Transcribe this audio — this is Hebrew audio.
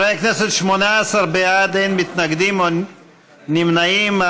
חברי הכנסת, 18 בעד, אין מתנגדים, אין נמנעים.